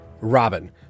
Robin